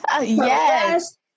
yes